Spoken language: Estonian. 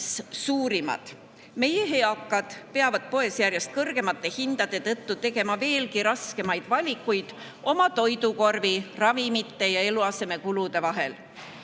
suurimaid. Meie eakad peavad järjest kõrgemate hindade tõttu tegema poes veelgi raskemaid valikuid oma toidukorvi, ravimite ja eluasemekulude vahel. Rõõm